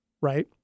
Right